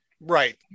Right